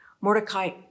Mordecai